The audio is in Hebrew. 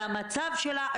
על המצב שלה,